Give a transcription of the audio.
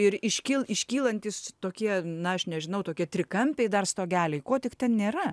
ir iškil iškylantys tokie na aš nežinau tokie trikampiai dar stogeliai ko tik ten nėra